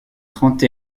trente